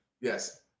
Yes